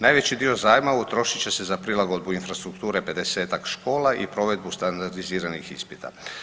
Najveći dio zajma utrošit će se za prilagodbu infrastrukture 50-ak škola i provedbu standardiziranih ispita.